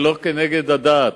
ולא נגד הדת.